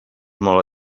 molt